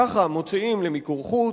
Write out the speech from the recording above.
ככה מוציאים למיקור חוץ,